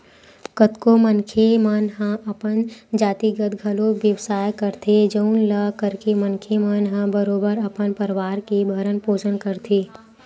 कतको मनखे मन हा अपन जातिगत घलो बेवसाय करथे जउन ल करके मनखे मन ह बरोबर अपन परवार के भरन पोसन करथे